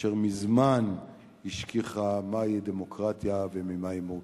אשר מזמן השכיחה מהי דמוקרטיה וממה היא מורכבת.